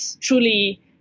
truly